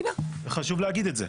חשוב להגיד את זה.